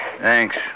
Thanks